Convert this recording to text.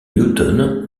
newton